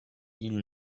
ils